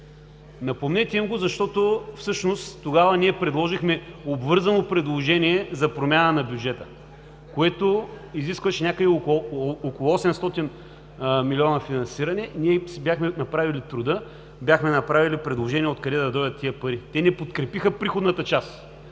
Напомнете им го, защото всъщност ние тогава предложихме обвързано предложение за промяна на бюджета, което изискваше някъде около 800 милиона финансиране и ние си бяхме направили труда, бяхме направили предложение откъде да дойдат тези пари. Те не подкрепиха приходната част,